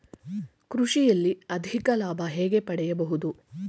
ಕೃಷಿಯಲ್ಲಿ ಅಧಿಕ ಲಾಭ ಹೇಗೆ ಪಡೆಯಬಹುದು?